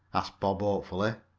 asked bob hopefully.